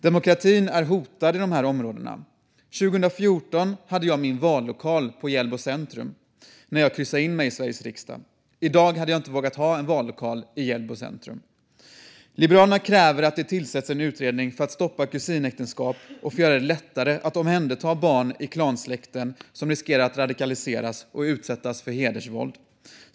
Demokratin är hotad i de här områdena. År 2014, när jag blev inkryssad i Sveriges riksdag, hade jag min vallokal i Hjällbo centrum. I dag hade jag inte vågat ha en vallokal i Hjällbo centrum. Liberalerna kräver att det tillsätts en utredning för att stoppa kusinäktenskap och för att göra det lättare att omhänderta barn i klansläkten som riskerar att radikaliseras och utsättas för hedersvåld.